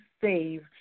saved